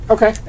Okay